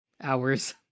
hours